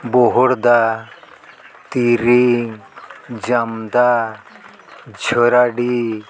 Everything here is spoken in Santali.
ᱵᱚᱦᱚᱲᱫᱟ ᱛᱤᱨᱤᱝ ᱡᱟᱢᱫᱟ ᱡᱷᱚᱨᱟᱰᱤ